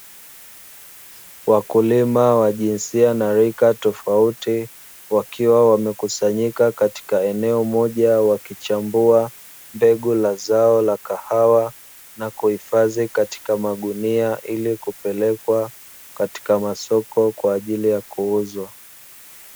Wakulima wa jinsia na rika tofauti ,wakiwa wamekusanyika katika eneo moja wakichambua mbegu za zao la kahawa, na kuhifadhi katika magunia, ili kupelekwa katika masoko kwa ajili ya kuuzwa.